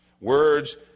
Words